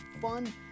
fun